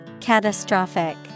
Catastrophic